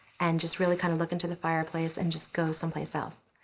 and just really kind of look into the fire place and just go someplace else.